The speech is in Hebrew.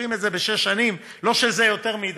דוחים את זה בשש שנים, לא שזה יותר מדי.